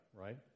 right